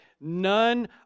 none